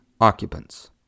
occupants